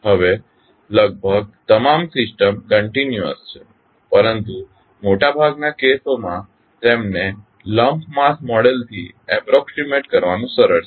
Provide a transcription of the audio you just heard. હવે લગભગ તમામ સિસ્ટમ્સ કંટીન્યુઅસ છે પરંતુ મોટાભાગના કેસોમાં તેમને લમ્પડ માસ મોડેલ થી એપ્રોક્ષીમેટ કરવાનું સરળ છે